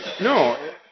no